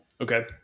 Okay